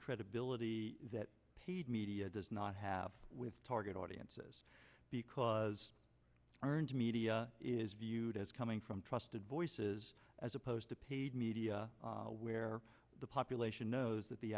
credibility that paid media does not have with target audiences because earned media is viewed as coming from trusted voices as opposed to paid media where the population knows that the